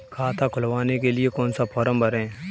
खाता खुलवाने के लिए कौन सा फॉर्म भरें?